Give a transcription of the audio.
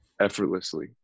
effortlessly